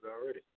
already